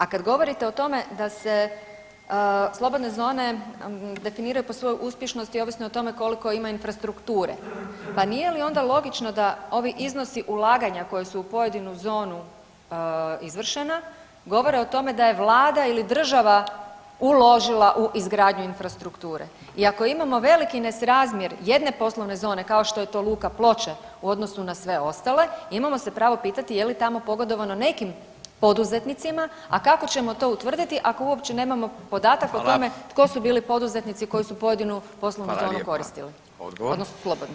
A kad govorite o tome da se slobodne zone definiraju po svojoj uspješnosti ovisno o tome koliko ima infrastrukture, pa nije li onda logično da ovi iznosi ulaganja koji su u pojedinu zonu izvršena, govore o tome da je Vlada ili država uložila u izgradnju infrastrukture i ako imamo veliki nesrazmjer jedne poslovne zone, kao što je to Luka Ploče u odnosu na sve ostale, imamo se pravo pitati je li tamo pogodovano nekim poduzetnicima, a kako ćemo to utvrditi ako uopće nemamo podataka o tome [[Upadica: Hvala.]] tko su bili poduzetnici koji su pojedinu poslovnu zonu koristili, [[Upadica: Hvala lijepa.]] odnosno slobodnu?